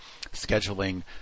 scheduling